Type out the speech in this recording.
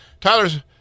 Tyler's